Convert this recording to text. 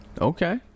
Okay